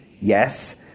yes